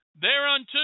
Thereunto